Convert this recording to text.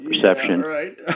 perception